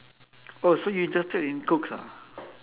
oh so you interested in cooks ah